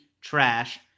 Trash